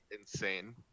insane